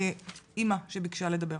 אימא שביקשה לדבר.